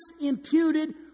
imputed